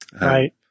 Right